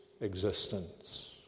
existence